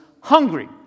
hungry